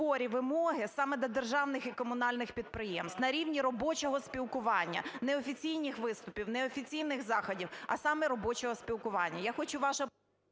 Дякую,